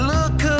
Look